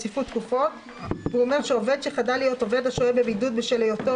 כי העובד דיווח לגביהם על שהייתו בבידוד".